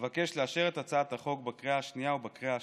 אבקש לאשר את הצעת החוק בקריאה השנייה ובקריאה השלישית.